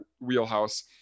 wheelhouse